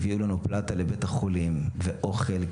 הביאו לנו פלטה לבית החולים ואוכל,